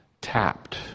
tapped